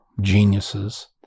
geniuses